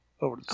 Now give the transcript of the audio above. over